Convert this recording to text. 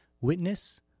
Witness